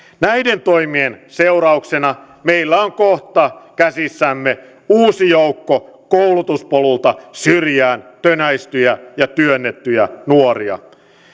näiden toimien seurauksena meillä on kohta käsissämme uusi joukko koulutuspolulta syrjään tönäistyjä ja työnnettyjä nuoria